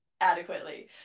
adequately